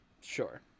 sure